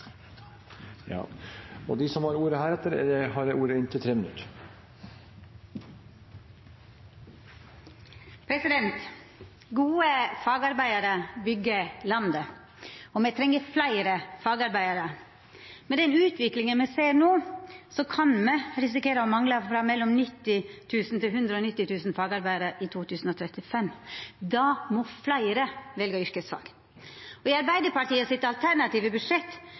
som heretter får ordet, har en taletid på inntil 3 minutter. Gode fagarbeidarar byggjer landet, og me treng fleire fagarbeidarar. Med den utviklinga me ser no, kan me risikera å mangla 90 000–190 000 fagarbeidarar i 2035. For å hindra det må fleire velja yrkesfag. I Arbeidarpartiet sitt alternative budsjett